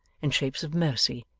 in shapes of mercy,